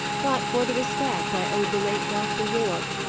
but for the respect i owed the late dr. yorke.